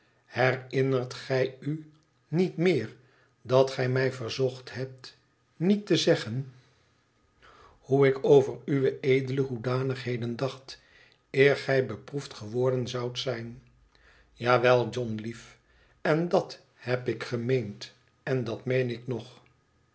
herinnert gij u niet meer dat gij mij verzocht hebt niet te zeggen hoe ik over uwe edele hoedanigheden dacht eer gij beproefd gewordeo zoadt zijn ja wel john lief en dat heb ik gemeend en dat meen ik nog